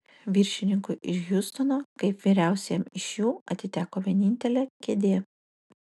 viršininkui iš hjustono kaip vyriausiajam iš jų atiteko vienintelė kėdė